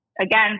again